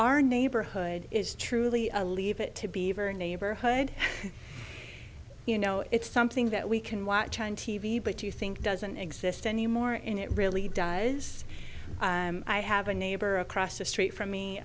our neighborhood is truly a leave it to beaver neighborhood you know it's something that we can watch on t v but you think doesn't exist anymore and it really does i have a neighbor across the street from me